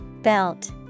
Belt